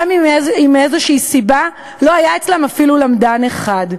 אם מאיזושהי סיבה לא היה אצלם אפילו למדן אחד.